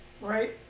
right